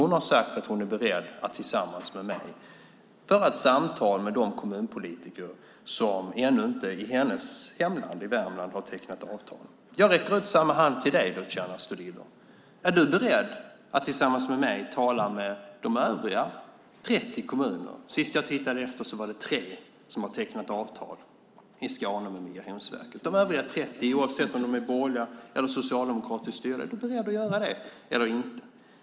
Hon har sagt att hon är beredd att tillsammans med mig föra ett samtal med de kommunpolitiker i hennes hemlän Värmland som ännu inte har tecknat avtal. Jag räcker ut samma hand till dig, Luciano Astudillo. Är du beredd att tillsammans med mig tala med de övriga 30 kommunerna i Skåne - sist jag tittade efter var det tre som hade tecknat avtal med Migrationsverket - oavsett om de är borgerliga eller socialdemokratiska? Är du beredd att göra det eller inte?